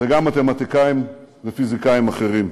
וגם מתמטיקאים ופיזיקאים אחרים.